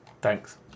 Thanks